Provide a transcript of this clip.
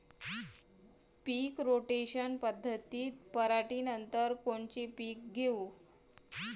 पीक rotation पद्धतीत पराटीनंतर कोनचे पीक घेऊ?